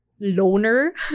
loner